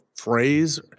phrase